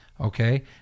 Okay